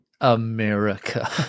America